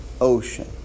ocean